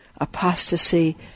apostasy